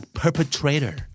perpetrator